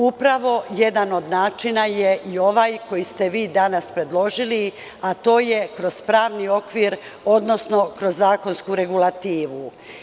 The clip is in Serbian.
Upravo, jedan od način je i ovaj koji ste vi danas predložili, a to je – kroz pravni okvir, odnosno kroz zakonsku regulativu.